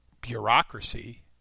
bureaucracy